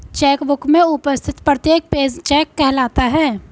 check book में उपस्थित प्रत्येक पेज चेक कहलाता है